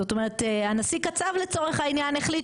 זאת אומרת הנשיא קצב לצורך העניין החליט